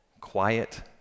Quiet